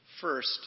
First